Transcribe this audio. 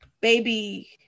baby